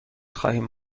خواهیم